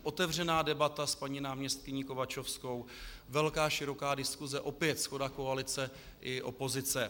Otevřená debata s paní náměstkyní Kovačovskou, velká, široká diskuse, opět shoda koalice i opozice.